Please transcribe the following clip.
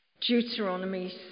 Deuteronomy